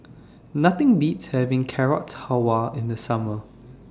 Nothing Beats having Carrot Halwa in The Summer